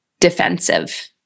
defensive